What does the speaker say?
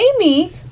Amy